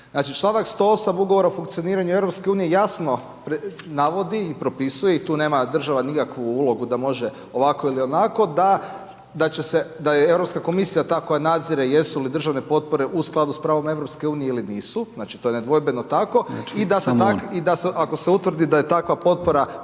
članak 108. Ugovora o funkcioniranju EU jasno navodi i propisuje i tu nema država nikakvu ulogu da može ovako ili onako, da će se, da je Europska komisija ta koja nadzire jesu li državne potpore u skladu sa pravom EU ili nisu. Znači to je nedvojbeno tako i da ako se utvrdi da je takva potpora